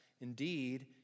indeed